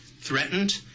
threatened